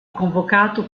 convocato